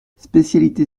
spécialité